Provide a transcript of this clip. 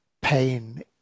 pain